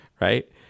right